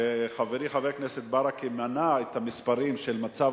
וחברי חבר הכנסת ברכה מנה את המספרים של מצב